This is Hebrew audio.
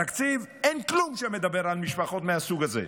בתקציב אין כלום שמדבר על משפחות מהסוג הזה,